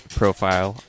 profile